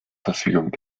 verfügung